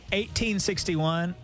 1861